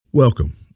Welcome